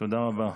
תודה רבה.